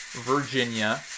Virginia